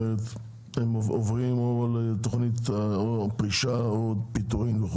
הפשוטים שעוברים לפרישה או לפיטורים.